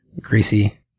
greasy